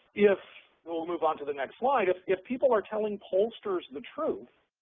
if we'll move on to the next slide if if people are telling pollsters the truth,